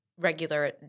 regular